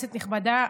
כנסת נכבדה,